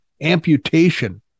amputation